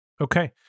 Okay